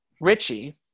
richie